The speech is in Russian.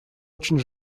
очень